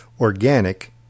organic